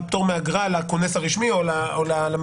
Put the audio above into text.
פטור מאגרה אלא הכונס הרשמי או הממונה.